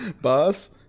boss